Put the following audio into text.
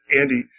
Andy